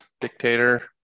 dictator